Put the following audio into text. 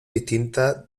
distinta